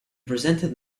presented